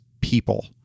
people